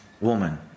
woman